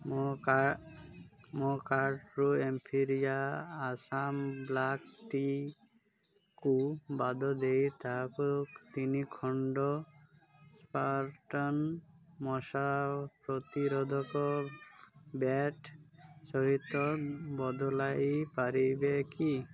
ମୋ କା କାର୍ଟ୍ରୁ ଏମ୍ଫିରିଆ ଆସାମ ବ୍ଲାକ୍ ଟିକୁ ବାଦ ଦେଇ ତାହାକୁ ତିନି ଖଣ୍ଡ ସ୍ପାରଟାନ ମଶା ପ୍ରତିରୋଧକ ବ୍ୟାଟ୍ ସହିତ ବଦଲାଇ ପାରିବେ କି